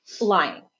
lying